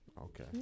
Okay